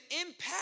impact